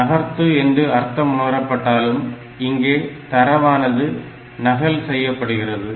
நகரத்து என்று அர்த்தம் உணரப்பட்டாலும் இங்கே தரவானது நகல் செய்யப்படுகிறது